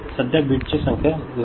सध्या बीटस् च्या लहान संख्ये साठी